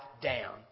down